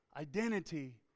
identity